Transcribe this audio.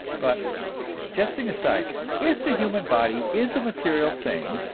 but jesting aside if the human body is a material thing,